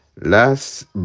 Last